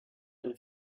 and